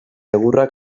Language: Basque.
egurra